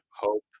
Hope